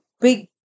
big